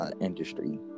industry